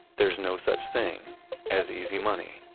there's no such thing as easy money